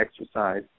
exercise